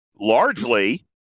largely